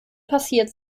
passiert